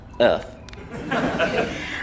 earth